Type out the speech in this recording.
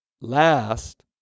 last